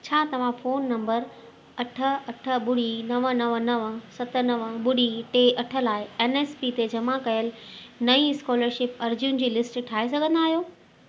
छा तव्हां phone number अठ अठ ॿुड़ी नवं नवं नवं सत नवं ॿुड़ी टे अठ लाइ एन एस पी ते जमा कयल नईं स्कोलरशिप अर्ज़ियुनि जी लिस्ट ठाहे सघंदा आहियो